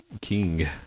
king